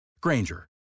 Granger